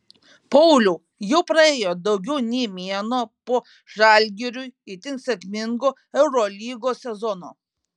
pauliau jau praėjo daugiau nei mėnuo po žalgiriui itin sėkmingo eurolygos sezono